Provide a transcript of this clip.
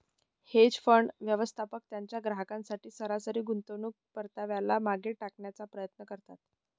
hedge fund, व्यवस्थापक त्यांच्या ग्राहकांसाठी सरासरी गुंतवणूक परताव्याला मागे टाकण्याचा प्रयत्न करतात